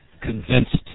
convinced